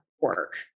work